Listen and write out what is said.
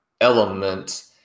element